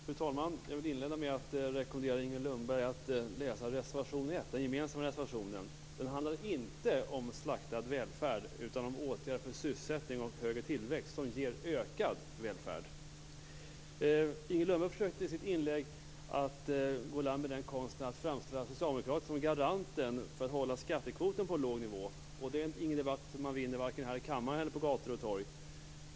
Fru talman! Jag vill inleda med att rekommendera Inger Lundberg att läsa reservation 1, den gemensamma reservationen. Den handlar inte om slaktad välfärd utan om åtgärder för sysselsättning och högre tillväxt som ger ökad välfärd. Inger Lundberg försökte i sitt inlägg att gå i land med konsten att framställa socialdemokraterna som garanter för att hålla skattekvoten på en låg nivå. Det är ingen debatt som man vinner, varken här i kammaren eller på gator och torg.